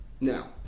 now